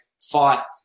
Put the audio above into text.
fought